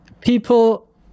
people